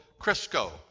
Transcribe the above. Crisco